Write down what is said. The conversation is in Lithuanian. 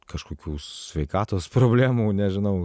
kažkokių sveikatos problemų nežinau